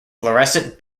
fluorescent